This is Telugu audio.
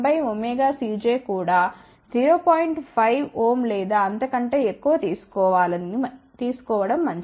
5 Ω లేదా అంతకంటే ఎక్కువ తీసుకోవాలని ఇది మంచిది